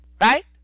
right